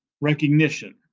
recognition